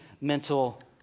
mental